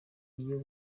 iyo